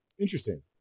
Interesting